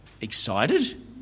Excited